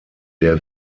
der